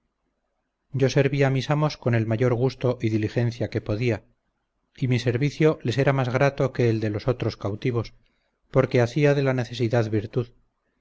yo serví a mis amos con el mayor gusto y diligencia que podía y mi servicio les era más grato que el de los otros cautivos porque hacia de la necesidad virtud